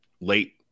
Late